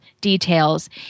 details